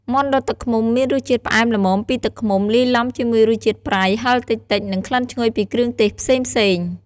មាន់ដុតទឹកឃ្មុំមានរសជាតិផ្អែមល្មមពីទឹកឃ្មុំ លាយឡំជាមួយរសជាតិប្រៃ ហឹរតិចៗ និងក្លិនឈ្ងុយពីគ្រឿងទេសផ្សេងៗ។